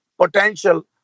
potential